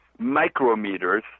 micrometers